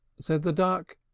said the duck,